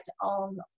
on